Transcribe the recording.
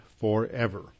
forever